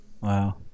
Wow